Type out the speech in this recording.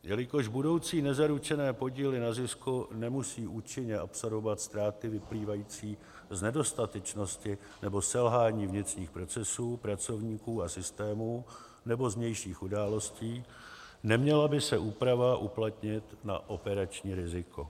Jelikož budoucí nezaručené podíly na zisku nemusí účinně absorbovat ztráty vyplývající z nedostatečnosti nebo selhání vnitřních procesů, pracovníků a systémů nebo z vnějších událostí, neměla by se úprava uplatnit na operační riziko.